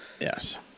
Yes